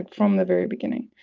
from the very beginning.